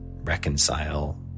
reconcile